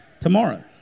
tomorrow